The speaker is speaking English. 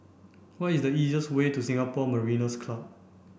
what is the easiest way to Singapore Mariners Club